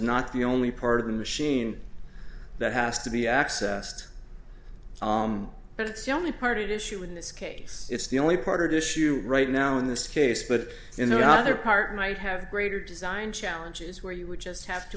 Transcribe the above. not the only part of the machine that has to be accessed but it's the only party issue in this case it's the only part issue right now in this case but in the not your part might have greater design challenges where you would just have to